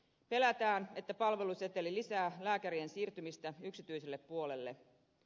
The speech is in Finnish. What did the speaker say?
pelätään että palveluseteli lisää lääkärien siirtymistä yksityiselle puolelle